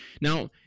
now